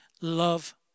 love